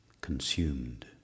consumed